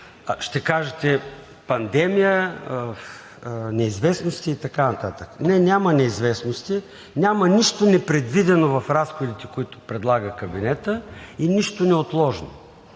Ще кажете: пандемия, неизвестности и така нататък. Не, няма неизвестности, няма нищо непредвидено в разходите, които предлага кабинетът, и нищо неотложно.